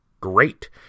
great